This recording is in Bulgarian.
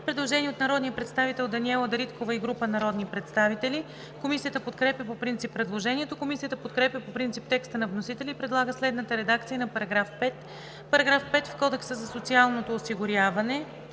Предложение от народния представител Даниела Дариткова и група народни представители. Комисията подкрепя по принцип предложението. Комисията подкрепя по принцип текста на вносителя и предлага следната редакция на § 5: „§ 5. В Кодекса за социалното осигуряване